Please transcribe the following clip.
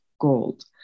gold